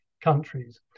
countries